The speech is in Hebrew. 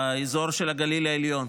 באזור הגליל העליון.